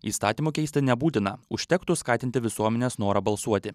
įstatymo keisti nebūtina užtektų skatinti visuomenės norą balsuoti